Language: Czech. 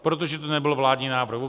Protože to nebyl vládní návrh.